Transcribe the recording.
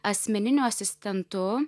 asmeniniu asistentu